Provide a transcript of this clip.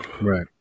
Right